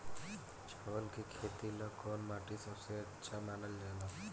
चावल के खेती ला कौन माटी सबसे अच्छा मानल जला?